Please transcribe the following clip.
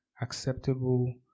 acceptable